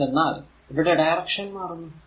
എന്തെന്നാൽ ഇവിടെ ഡയറക്ഷൻ മാറുന്നു